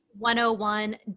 101